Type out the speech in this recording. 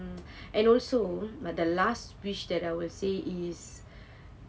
mm and also but the last wish that I would say is